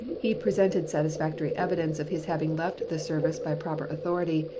he presented satisfactory evidence of his having left the service by proper authority,